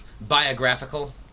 biographical